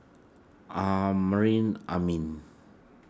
Amrin Amin